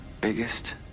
biggest